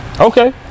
okay